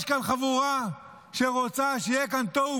יש כאן חבורה שרוצה שיהיה כאן תוהו